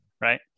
Right